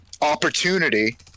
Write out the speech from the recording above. opportunity